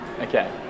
Okay